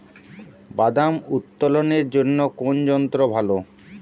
বাদাম উত্তোলনের জন্য কোন যন্ত্র ভালো?